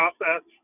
process